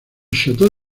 château